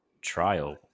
Trial